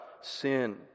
sin